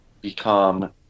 become